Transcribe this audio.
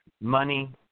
money